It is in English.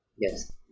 Yes